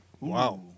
Wow